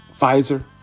Pfizer